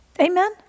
amen